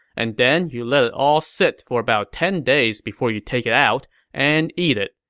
and then you let it all sit for about ten days before you take it out and eat it.